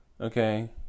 Okay